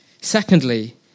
Secondly